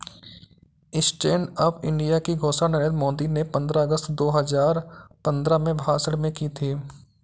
stand up India की घोषणा नरेंद्र मोदी ने पंद्रह अगस्त दो हजार पंद्रह में भाषण में की थी